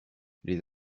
les